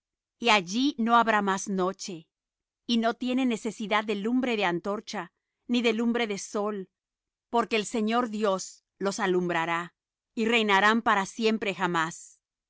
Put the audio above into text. y allí no habrá más noche y no tienen necesidad de lumbre de antorcha ni de lumbre de sol porque el señor dios los alumbrará y reinarán para siempre jamás